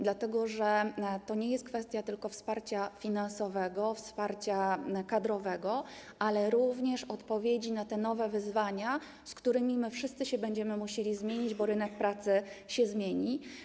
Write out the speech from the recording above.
Dlatego że to nie jest kwestia tylko wsparcia finansowego, wsparcia kadrowego, ale również odpowiedzi na nowe wyzwania, z którymi wszyscy będziemy musieli się zmierzyć, bo rynek pracy się zmieni.